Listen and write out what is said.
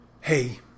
hey